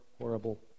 horrible